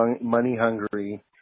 money-hungry